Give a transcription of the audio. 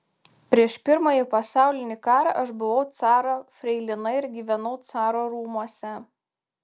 prieš pirmąjį pasaulinį karą aš buvau caro freilina ir gyvenau caro rūmuose